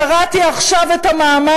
קראתי רק עכשיו את המאמר,